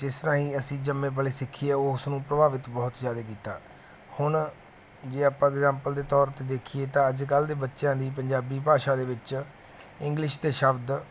ਜਿਸ ਰਾਹੀਂ ਅਸੀਂ ਜੰਮੇ ਪਲੇ ਸਿੱਖੀ ਹੈ ਉਹ ਉਸ ਨੂੰ ਪ੍ਰਭਾਵਿਤ ਬਹੁਤ ਜ਼ਿਆਦਾ ਕੀਤਾ ਹੁਣ ਜੇ ਆਪਾਂ ਐਗਜਾਮਪਲ ਦੇ ਤੌਰ 'ਤੇ ਦੇਖੀਏ ਤਾਂ ਅੱਜ ਕੱਲ੍ਹ ਦੇ ਬੱਚਿਆਂ ਦੀ ਪੰਜਾਬੀ ਭਾਸ਼ਾ ਦੇ ਵਿੱਚ ਇੰਗਲਿਸ਼ ਦੇ ਸ਼ਬਦ